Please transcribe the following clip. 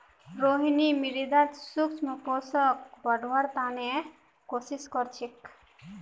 रोहिणी मृदात सूक्ष्म पोषकक बढ़व्वार त न कोशिश क र छेक